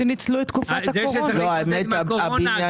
זה שצריך להתמודד עם הקורונה,